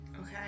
Okay